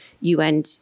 UN